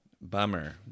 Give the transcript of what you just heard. bummer